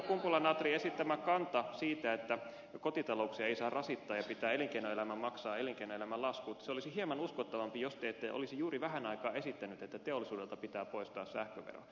kumpula natrin esittämä kanta siitä että kotitalouksia ei saa rasittaa ja pitää elinkeinoelämän maksaa elinkeinoelämän laskut olisi hieman uskottavampi jos te ette olisi juuri vähän aikaa sitten esittänyt että teollisuudelta pitää poistaa sähkövero